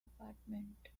apartment